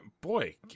boy